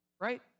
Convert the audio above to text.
right